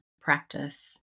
practice